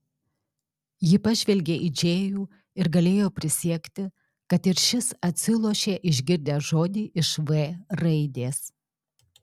ji pažvelgė į džėjų ir galėjo prisiekti kad ir šis atsilošė išgirdęs žodį iš v raidės